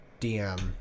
DM